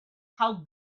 how